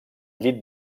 llit